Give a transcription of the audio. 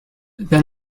then